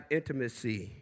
intimacy